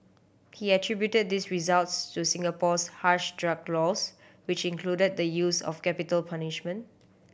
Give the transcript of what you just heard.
he attributed these results to Singapore's harsh drug laws which include the use of capital punishment